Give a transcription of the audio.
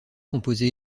composée